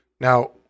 now